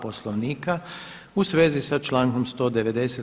Poslovnika u svezi sa člankom 190.